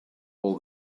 all